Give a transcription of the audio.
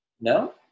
No